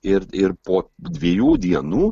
ir ir po dviejų dienų